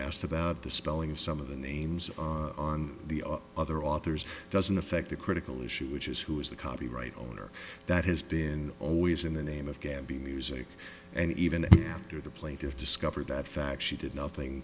asked about the spelling of some of the names on the other authors doesn't affect the critical issue which is who is the copyright owner that has been always in the name of gabbie music and even after the plaintiff discovered that fact she did nothing